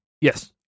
Yes